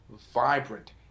vibrant